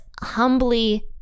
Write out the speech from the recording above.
humbly